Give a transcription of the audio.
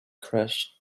crash